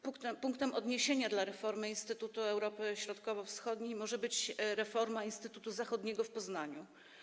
Punktem odniesienia dla reformy Instytutu Europy Środkowo-Wschodniej może być reforma Instytutu Zachodniego w Poznaniu.